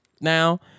now